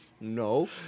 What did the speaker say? No